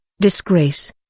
disgrace